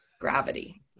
gravity